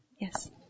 Yes